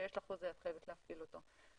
כשיש לך חוזה, את חייבת להפעיל אותו.